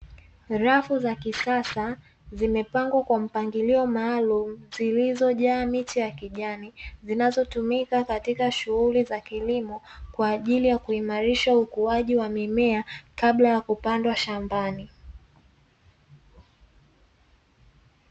Rafu za kisasa, zimepangwa kwa mpangilio maalumu, zilizojaa miche ya kijani, zinazotumika katika shughuli za kilimo kwa ajili ya kuimarisha ukuaji wa mimea kabla ya kupandwa shambani.